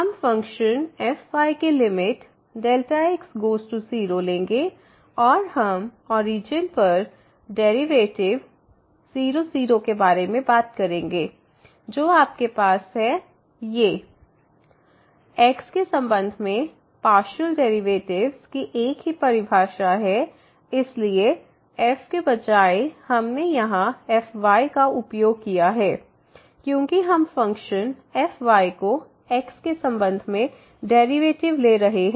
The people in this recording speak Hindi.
हम फ़ंक्शन fy की लिमिट x→0 लेंगे और हम ओरिजन पर डेरिवेटिव 00 के बारे में बात करेंगे जो आपके पास है fyx0 fy00x x के संबंध में पार्शियल डेरिवेटिव्स की एक ही परिभाषा है इसलिए f के बजाय हमने यहां fy का उपयोग किया है क्योंकि हम फंक्शन fy को x के संबंध में डेरिवेटिव ले रहे हैं